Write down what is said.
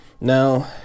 now